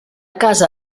casa